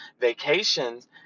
vacations